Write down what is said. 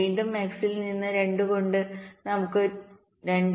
വീണ്ടും x ൽ നിന്ന് 2 കൊണ്ട് നമുക്ക് 2